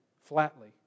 flatly